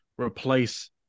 replace